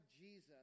Jesus